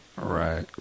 Right